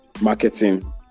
marketing